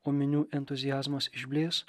o minių entuziazmas išblės